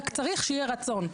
רק צריך שיהיה רצון.